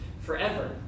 forever